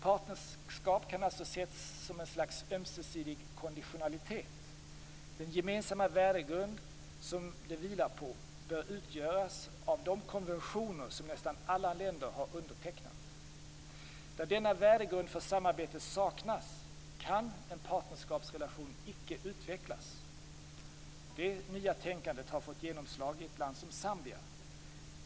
Partnerskapet kan alltså ses som ett slags ömsesidig konditionalitet. Den gemensamma värdegrund som det vilar på bör utgöras av de konventioner som nästan alla länder har undertecknat. Där denna värdegrund för samarbete saknas kan en partnerskapsrelation icke utvecklas. Det nya tänkandet har fått genomslag i ett land som Zambia.